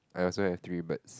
I also have three birds